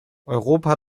europa